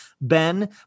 Ben